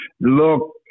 Look